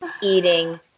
eating